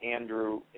Andrew